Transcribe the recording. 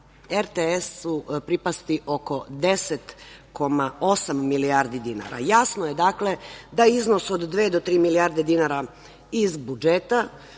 RTS-u pripasti oko 10,8 milijardi dinara. Jasno je, dakle, da iznos od dve do tri milijarde dinara iz budžeta